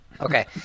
Okay